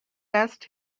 asked